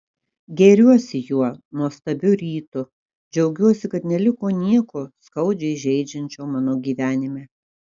gėriuosi juo nuostabiu rytu džiaugiuosi kad neliko nieko skaudžiai žeidžiančio mano gyvenime